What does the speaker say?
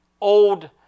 old